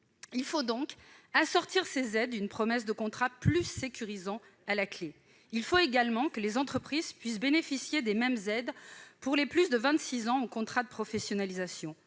Il faut donc assortir ces aides d'une promesse de contrats plus sécurisants. Il faut également que les entreprises puissent bénéficier des mêmes aides quand elles concluent des contrats de professionnalisation